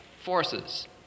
forces